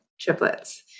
Triplets